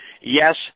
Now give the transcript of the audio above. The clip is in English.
Yes